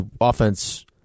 offense